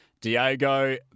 Diego